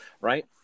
Right